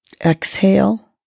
exhale